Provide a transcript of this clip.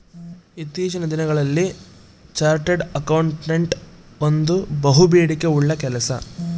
ಇತ್ತೀಚಿನ ದಿನಗಳಲ್ಲಿ chartered accountant ಒಂದು ಬಹುಬೇಡಿಕೆ ಉಳ್ಳ ಕೆಲಸ